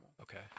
Okay